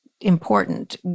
Important